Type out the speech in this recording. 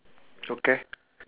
okay